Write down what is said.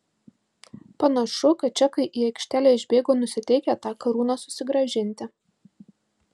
panašu kad čekai į aikštelę išbėgo nusiteikę tą karūną susigrąžinti